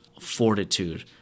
fortitude